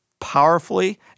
powerfully